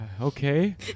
Okay